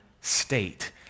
state